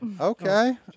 okay